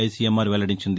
ICMR వెల్లడించింది